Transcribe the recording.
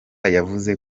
yavuze